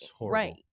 Right